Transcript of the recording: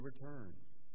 returns